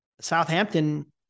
Southampton